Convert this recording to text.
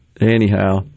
anyhow